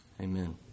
Amen